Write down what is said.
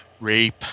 rape